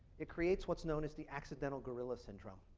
it creates what's known as the accidental guerrilla syndrome.